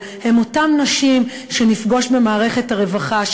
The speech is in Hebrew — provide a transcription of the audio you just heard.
הן אותם נשים שנפגוש במערכת הרווחה,